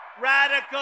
radical